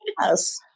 Yes